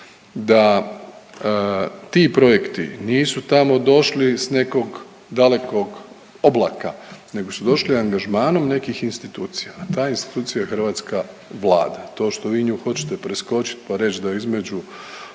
da ti projekti nisu tamo došli s nekog dalekog oblaka nego su došli angažmanom nekih institucija. Ta institucija je hrvatska Vlada. To što vi nju hoćete preskočit pa reć da između